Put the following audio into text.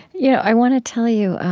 yeah i want to tell you,